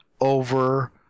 over